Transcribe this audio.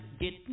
get